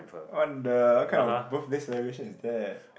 what the what kind of birthday celebration is that